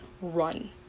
run